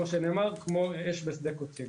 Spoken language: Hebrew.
זה כמו אש בשדה קוצים.